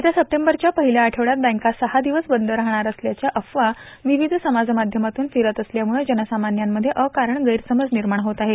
येत्या सप्टेंबरच्या पहिल्या आठवड्यात बँका सहा दिवस बंद राहणार असल्याच्या अफवा विविध समाजमाध्यमातून फिरत असल्यामुळं जनसामान्यांमध्ये अकारण गैरसमज निर्माण होत आहे